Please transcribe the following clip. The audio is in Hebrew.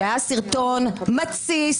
שהיה מתסיס,